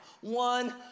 One